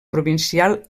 provincial